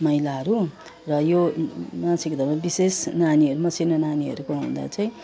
महिलाहरू र यो मासिक धर्म विशेष नानीहरूमा मसिना नानीहरूको हुँदा चाहिँ